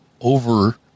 over